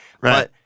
right